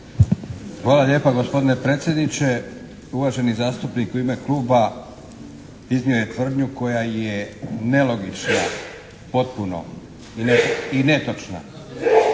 Hvala lijepa gospodine predsjedniče. Uvaženi zastupnik u ime kluba iznio je tvrdnju koja je nelogična potpuno i netočna.